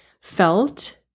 felt